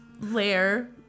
layer